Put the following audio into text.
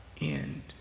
end